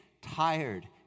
tired